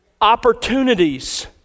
opportunities